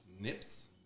Nips